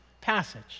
passage